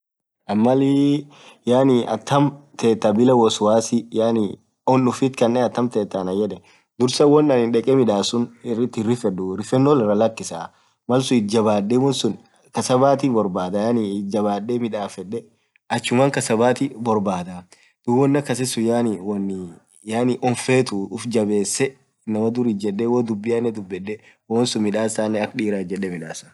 Ann malii atamm tetha bila wosiwasi yaani onn ufthi kaanne atam thetha ananen yedhen dhursaa won anin dheke midhasun irithi hirifedhu rifenno iraa lakisa malsun ithi jabbadhe wonsun kasbathi borbadha yaani ithi jabbadhe midhafedhe achuman kasbathi borbadha wonn akasisun yaani wonn yaani onn fethu uff jabbesee inamaa dhuri ijedhe woo dhubianen dhubedhe woo wonsun midhasanen akhaa dhiraa ijedhee midhasaaa